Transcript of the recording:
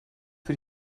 für